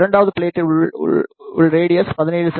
இரண்டாவது பிளேட்டில் உள் ரேடியஸ் 17 செ